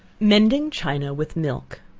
mending china with milk.